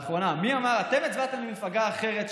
מי אמר לאחרונה: אתם הצבעתם למפלגה אחרת,